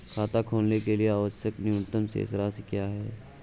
खाता खोलने के लिए आवश्यक न्यूनतम शेष राशि क्या है?